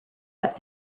but